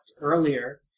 earlier